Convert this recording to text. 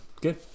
Good